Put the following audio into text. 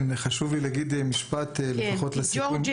חשוב לי להגיד משפט לסיכום.